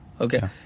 Okay